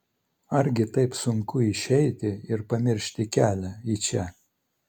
argi taip sunku išeiti ir pamiršti kelią į čia